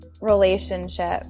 relationship